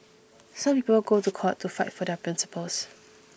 some people go to court to fight for their principles